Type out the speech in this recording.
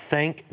Thank